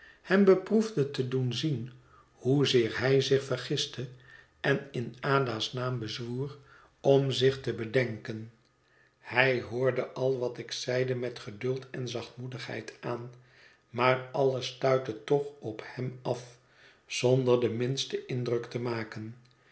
hem beproefde te doen zien hoezeer hij zich vergiste en in ada's naam bezwoer om zich te bedenken hij hoorde al wat ik zeide met geduld en zachtmoedigheid aan maar alles stuitte toch op hem af zonder den minsten indruk te maken